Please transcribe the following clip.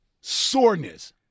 soreness